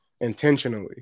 intentionally